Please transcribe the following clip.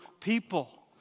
people